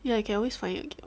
ya you can always find it again